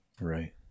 Right